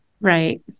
Right